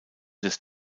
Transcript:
des